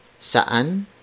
Saan